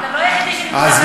אתה לא היחיד שנמצא בנגב.